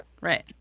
right